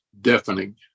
deafening